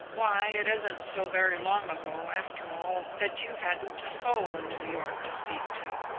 why, it isn't so very long ago, after all, that you hadn't a soul in new york to speak to.